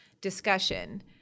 discussion